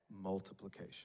multiplication